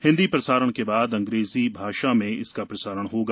हिन्दी प्रसारण के बाद अंग्रेजी भाषा में इसका प्रसारण होगा